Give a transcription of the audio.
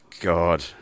God